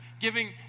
giving